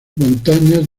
montañas